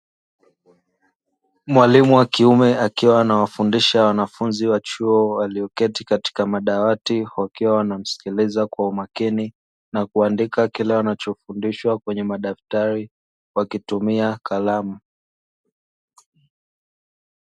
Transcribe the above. Mwalimu wa kiume akiwa anafundisha wanafunzi wa chuo walioketi katika madawati wakiwa wanamsikiliza kwa umakini, na kuandika kile wanachofundishwa kwenye madaftari wakitumia kalamu.